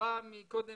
דיבר קודם